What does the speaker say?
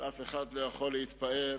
לא יכול להתפאר,